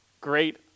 great